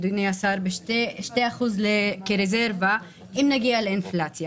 אדוני השר, ב-2% כרזרבה אם נגיע לאינפלציה.